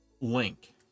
link